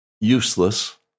useless